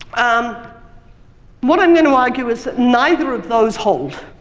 um what i'm going to argue is that neither of those hold